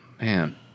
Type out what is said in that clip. Man